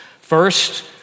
First